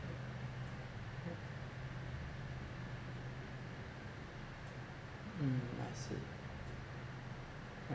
mm I see